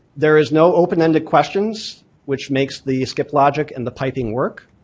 there is no open ended questions which makes the skip logic and the piping work.